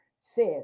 says